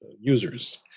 users